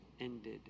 ended